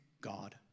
God